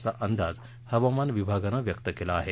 असा अंदाज हवामान विभागानं व्यक्त केला आहे